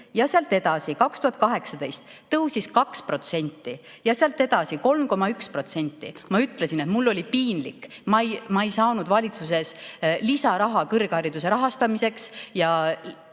langes 0,7%, 2018 tõusis 2%, sealt edasi 3,1%. Ma ütlesin, et mul oli piinlik. Ma ei saanud valitsuses lisaraha kõrghariduse rahastamiseks ja